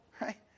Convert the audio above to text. right